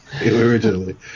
Originally